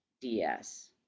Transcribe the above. DS